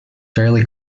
fairly